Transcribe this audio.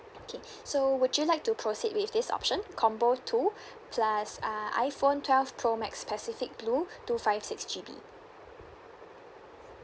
okay so would you like to proceed with this option combo two plus uh iphone twelve pro max pacific blue two five six G_B